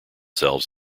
themselves